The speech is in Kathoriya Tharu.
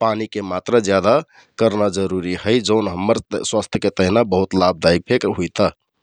पानीके मात्रा ज्यादा करना जरुरी है । जौन हम्मर स्वास्थके तेहना बहुत लाभदायि फेक हुइता ।